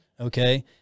Okay